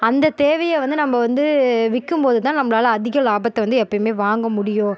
அந்த தேவையை வந்து நம்ப வந்து விற்கும்போது தான் நம்பளால் அதிக லாபத்தை வந்து எப்பையுமே வாங்க முடியும்